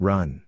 Run